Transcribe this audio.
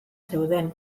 zeuden